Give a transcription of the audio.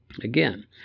Again